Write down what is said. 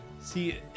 See